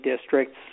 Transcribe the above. districts